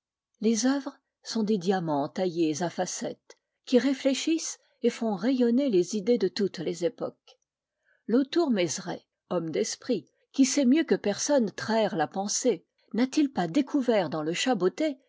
les œuvres sont des diamants taillés à facettes qui réfléchissent et font rayonner les idées de toutes les époques lautour mézeray homme d'esprit qui sait mieux que personne traire la pensée n'a-t-il pas découvert dans le chat botté